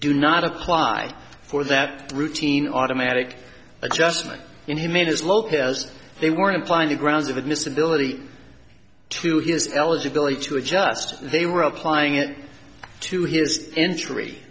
do not apply for that routine automatic adjustment in he made his locus they weren't applying the grounds of admissibility to his eligibility to adjust they were applying it to his injury